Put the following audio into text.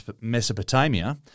Mesopotamia